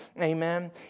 Amen